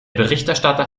berichterstatter